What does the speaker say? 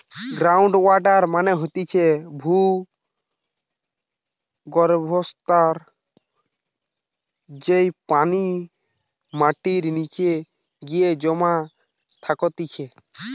ground water মানে হতিছে ভূর্গভস্ত, যেই পানি মাটির নিচে গিয়ে জমা থাকতিছে